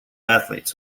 athletes